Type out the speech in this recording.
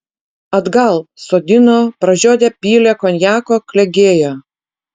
atgal sodino pražiodę pylė konjako klegėjo